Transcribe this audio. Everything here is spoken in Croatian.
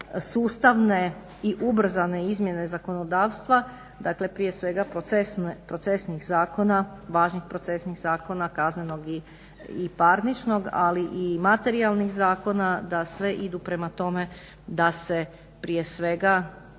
sustavne i ubrzane izmjene zakonodavstva dakle prije svega procesnih zakona, važnih procesnih zakona Kaznenog i Parničnog, ali i materijalnih zakona da sve idu prema tome da se prije svega